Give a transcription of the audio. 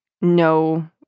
no